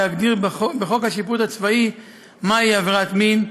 להגדיר בחוק השיפוט הצבאי מהי עבירת מין,